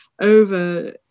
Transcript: over